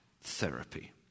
therapy